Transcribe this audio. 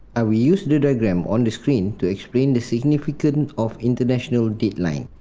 i will use the diagram on the screen to explain the significance of international dateline.